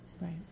Right